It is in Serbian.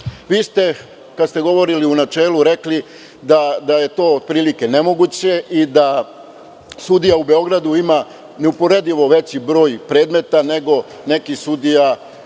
ste kada ste govorili u načelu rekli, da je to otprilike nemoguće i da sudija u Beogradu ima neuporedivo veći broj predmeta, nego neki sudija